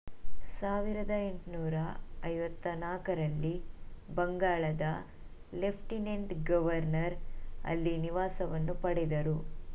ಸಾವಿರದ ಎಂಟುನೂರ ಐವತ್ತ ನಾಲ್ಕರಲ್ಲಿ ಬಂಗಾಳದ ಲೆಫ್ಟಿನೆಂಟ್ ಗವರ್ನರ್ ಅಲ್ಲಿ ನಿವಾಸವನ್ನು ಪಡೆದರು